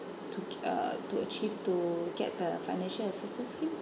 to uh to achieve to get the financial assistance scheme